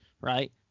right